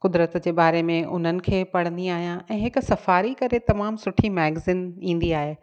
क़ुदिरत जे बारे में उन्हनि खे पढ़ंदी आहियां ऐं हिकु सफ़ारी करे तमामु सुठी मैगज़ीन ईंदी आहे